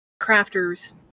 crafters